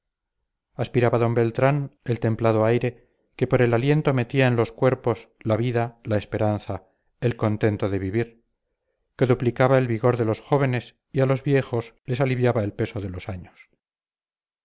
aspiraba d beltrán el templado aire que por el aliento metía en los cuerpos la vida la esperanza el contento del vivir que duplicaba el vigor de los jóvenes y a los viejos les aliviaba el peso de los años